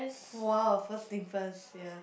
!wah! first thing first ya